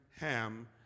Ham